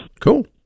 Cool